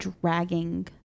dragging